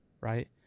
Right